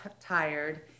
tired